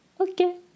okay